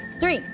three,